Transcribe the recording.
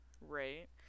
Right